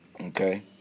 okay